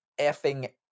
effing